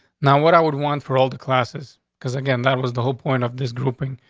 now what i would want for all the classes, because again, that was the whole point of this grouping,